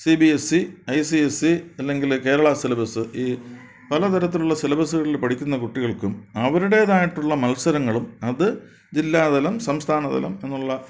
C B A C I C S C അല്ലെങ്കിൽ Kerala syllabus ഈ പലതരത്തിലുള്ള സിലബസ്സുകളിൽ പഠിക്കുന്ന കുട്ടികൾക്കും അവരുടേതായിട്ടുള്ള മത്സരങ്ങളും അത് ജില്ലാതലം സംസ്ഥാനതലം എന്നുള്ള